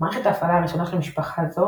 מערכת ההפעלה הראשונה של משפחה זו